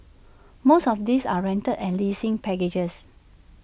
most of these are rental and leasing packages